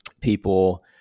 people